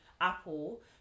apple